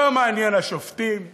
לא מעניין השופטים,